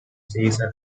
season